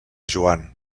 joan